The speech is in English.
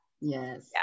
yes